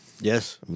Yes